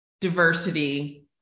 diversity